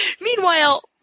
meanwhile